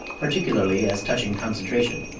particularly as touching concentration.